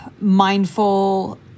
mindful